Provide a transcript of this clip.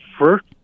first